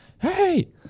hey